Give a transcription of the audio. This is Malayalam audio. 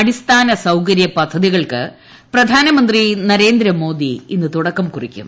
അടിസ്ഥാന സീഴ്ക്ക്ര്യ പദ്ധതികൾക്ക് പ്രധാനമന്ത്രി നരേന്ദ്രമോദി ഇന്ന് തുടക്കം കുറിക്കും